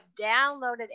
downloaded